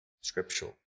scriptural